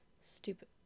Stupid